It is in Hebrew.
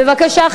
בבקשה,